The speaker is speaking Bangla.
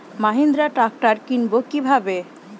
মাহিন্দ্রা ট্র্যাক্টর কিনবো কি ভাবে?